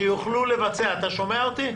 שיוכלו לבצע אתה שומע אותי?